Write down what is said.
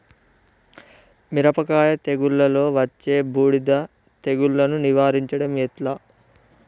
మిరపకాయ తెగుళ్లలో వచ్చే బూడిది తెగుళ్లను నివారించడం ఎట్లా?